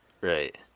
Right